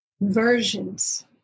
versions